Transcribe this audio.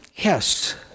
Yes